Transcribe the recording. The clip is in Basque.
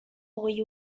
hogei